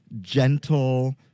gentle